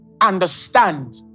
understand